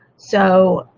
so